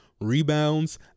rebounds